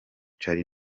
charly